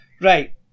Right